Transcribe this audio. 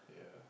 yeah